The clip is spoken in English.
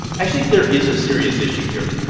actually, there is a serious issue here.